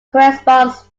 corresponds